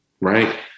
right